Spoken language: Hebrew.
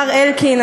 מר אלקין,